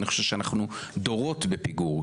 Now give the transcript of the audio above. אני חושב שאנחנו דורות בפיגור,